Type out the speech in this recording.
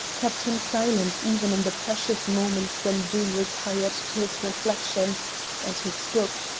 kept him silent even in the precious moments when doom retired to his reflections and his book,